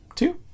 Two